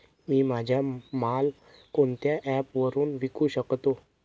मी माझा माल कोणत्या ॲप वरुन विकू शकतो?